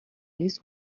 least